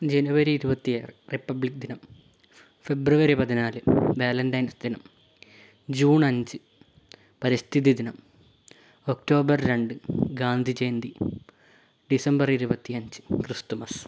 ജനുവരി ഇരുപത്തിയാറ് റിപ്പബ്ലിക്ക് ദിനം ഫെബ്രുവരി പതിനാല് വാലെൻറ്റൈൻസ് ദിനം ജൂൺ അഞ്ച് പരിസ്ഥിതി ദിനം ഒക്ടോബർ രണ്ട് ഗാന്ധി ജയന്തി ഡിസംബർ ഇരുപത്തിയഞ്ച് ക്രിസ്തുമസ്